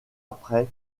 après